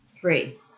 Three